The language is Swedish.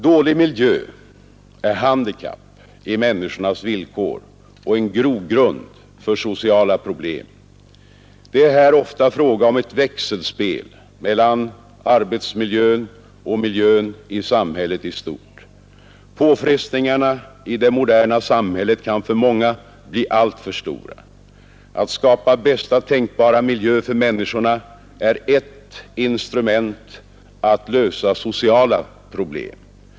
Dålig miljö är ett handikapp i människornas villkor och en grogrund för sociala problem. Det är här ofta fråga om ett växelspel mellan arbetsmiljön och miljön i samhället i stort. Påfrestningarna i det moderna samhället kan för många bli alltför stora. Att skapa bästa tänkbara miljö för människorna är ett instrument att lösa sociala problem.